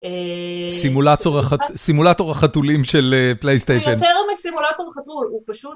סימולטור החתולים של פלייסטיישן. זה יותר מסימולטור החתול, הוא פשוט...